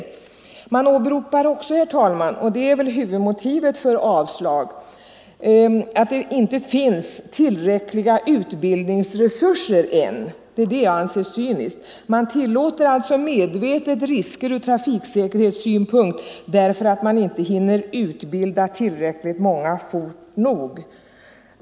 Utskottet åberopar också, herr talman, och det är väl huvudmotivet för utskottets hemställan om avslag, att det ännu inte finns tillräckliga utbildningsresurser. Det är det jag anser cyniskt: Utskottet vill alltså medvetet tillåta risker från trafiksäkerhetssynpunkt därför att tillräckligt många inte hinner utbildas fort nog.